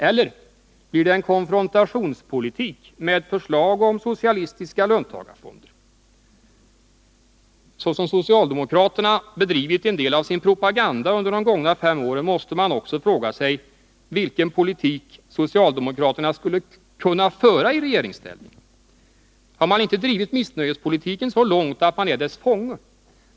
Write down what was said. Eller blir det en konfrontationspolitik med förslag om socialistiska löntagarfonder? Såsom socialdemokraterna bedrivit en del av sin propaganda under de gångna fem åren måste man också fråga sig, vilken politik socialdemokraterna skulle kunna föra i regeringsställning? Har man inte drivit missnöjespolitiken så långt att man är dess fånge?